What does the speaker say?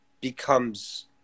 becomes